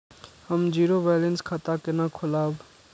हम zero balance खाता केना खोलाब?